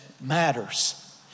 matters